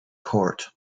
court